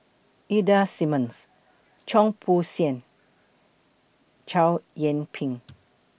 Ida Simmons Cheong Soo Pieng Chow Yian Ping